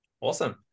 Awesome